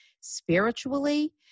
spiritually